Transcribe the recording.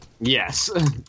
Yes